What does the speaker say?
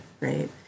right